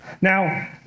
Now